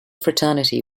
fraternity